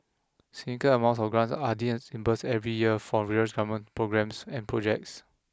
significant amounts of grants are every year for various government programmes and projects